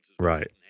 Right